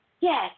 Yes